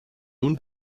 nun